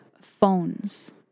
phones